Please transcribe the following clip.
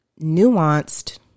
nuanced